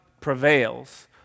prevails